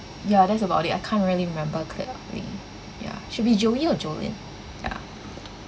ya that's about it I can't really remember clearly ya should be joey or jolin ya